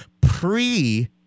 pre